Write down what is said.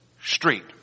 street